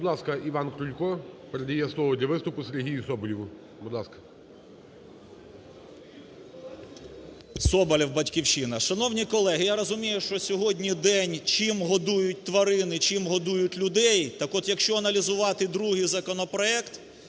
Будь ласка, Іван Крулько передає слово для виступу Сергію Соболєву. Будь ласка. 11:34:16 СОБОЛЄВ С.В. Соболєв, "Батьківщина". Шановні колеги, я розумію, що сьогодні день, "чим годують тварин і чим годують людей". Так от, якщо аналізувати другий законопроект,